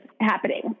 happening